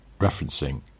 referencing